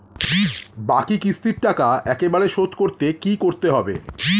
বাকি কিস্তির টাকা শোধ একবারে শোধ করতে কি করতে হবে?